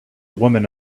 woman